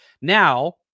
Now